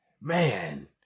Man